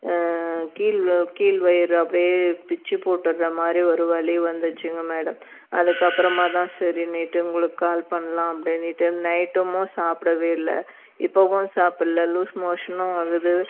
கீழ் கீழ் வயிறு அப்படியே பிச்சு போட்டுடுற மாதிரி ஒரு வலி வந்துச்சிங்க மேடம் அதுக்கு அப்புறமா தான் சரி நேற்று உங்களுக்கு கால் பண்ணலாம் அப்படின்னிட்டு நைட்டுமும் சாப்பிடவே இல்லை இப்பவும் சாப்பில்ல லூஸ் மோஷனும் ஆகுது